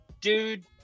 dude